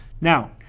Now